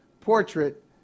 portrait